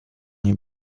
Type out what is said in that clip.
nie